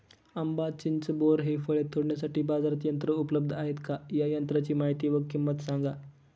आंबा, चिंच, बोर हि फळे तोडण्यासाठी बाजारात यंत्र उपलब्ध आहेत का? या यंत्रांची माहिती व किंमत सांगा?